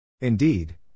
Indeed